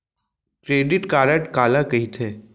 Credit card काला कहिथे?